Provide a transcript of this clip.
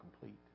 complete